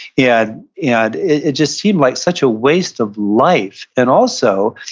yeah and it just seemed like such a waste of life, and, also,